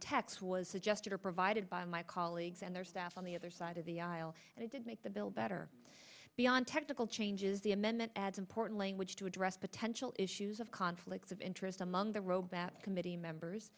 text was suggested or provided by my colleagues and their staff on the other side of the aisle and i did make the bill better beyond technical changes the amendment adds important language to address potential issues of conflicts of interest among the robot committee members